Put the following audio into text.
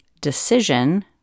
decision